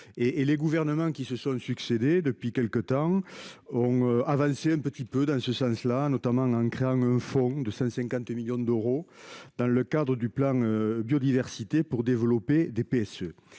Les gouvernements qui se sont succédé ces derniers temps ont un peu avancé en ce sens, notamment en créant un fonds de 150 millions d'euros dans le cadre du plan biodiversité pour développer les PSE.